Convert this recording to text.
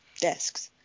desks